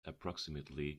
approximately